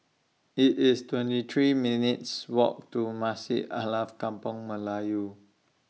IT IS twenty three minutes' Walk to Masjid Alkaff Kampung Melayu